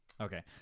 Okay